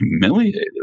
humiliated